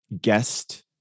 guest